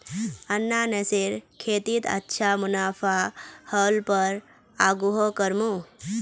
अनन्नासेर खेतीत अच्छा मुनाफा ह ल पर आघुओ करमु